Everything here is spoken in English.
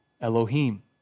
Elohim